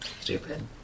Stupid